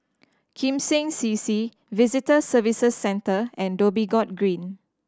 Kim Seng C C Visitor Services Centre and Dhoby Ghaut Green